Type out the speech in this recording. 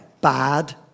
bad